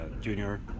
Junior